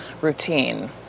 routine